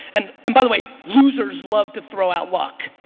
and and by the way, losers love to throw out luck.